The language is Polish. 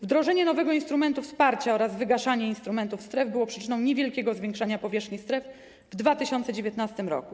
Wdrożenie nowego instrumentu wsparcia oraz wygaszanie instrumentów stref było przyczyną niewielkiego zwiększania powierzchni stref w 2019 r.